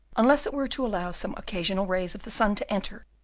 unless it were to allow some occasional rays of the sun to enter,